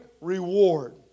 reward